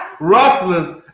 Rustlers